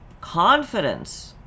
Confidence